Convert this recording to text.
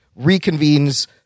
reconvenes